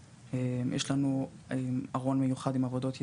יש לנו ארון מיוחד עם עבודות יצירה,